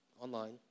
online